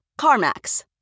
CarMax